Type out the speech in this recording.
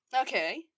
Okay